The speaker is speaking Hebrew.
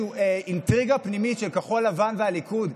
אינטריגה פנימית של כחול לבן והליכוד.